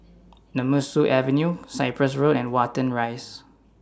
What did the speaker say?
Nemesu Avenue Cyprus Road and Watten Rise